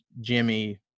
Jimmy –